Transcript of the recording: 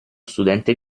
studente